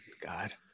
God